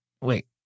Wait